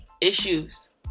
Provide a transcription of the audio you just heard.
issues